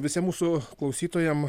visiem mūsų klausytojam